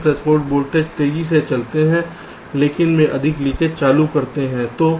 कम threshold voltage तेजी से चलते हैं लेकिन वे अधिक लीकेज चालू करते हैं